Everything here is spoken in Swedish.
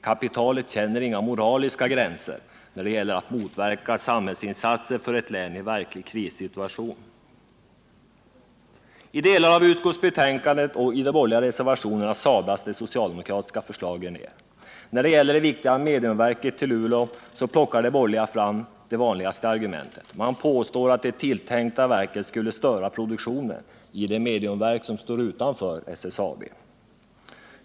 Kapitalet känner inga moraliska gränser när det gäller att motverka samhällsinsatser för ett län i verklig krissituation. I delar av utskottsbetänkandet och i de borgerliga reservationerna sablas de socialdemokratiska förslagen ner. När det gäller det viktiga mediumverket till Luleå plockar de borgerliga fram det vanligaste argumentet: man påstår att det tilltänkta verket skulle störa produktionen i de mediumverk som står utanför SSAB.